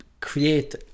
create